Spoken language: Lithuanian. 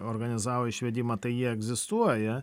organizavo išvedimą tai jie egzistuoja